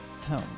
home